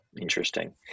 Interesting